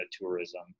tourism